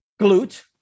glute